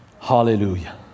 Hallelujah